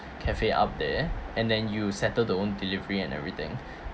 cafe up there and then you settle their own delivery and everything